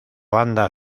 banda